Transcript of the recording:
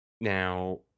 Now